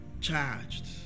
charged